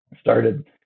started